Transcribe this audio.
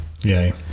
Yay